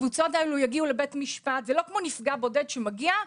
זה לא כמו נפגע בודד שמגיע,